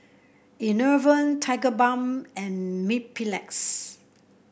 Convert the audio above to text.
Enervon Tigerbalm and Mepilex